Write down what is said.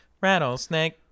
Rattlesnake